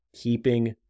keeping